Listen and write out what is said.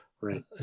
right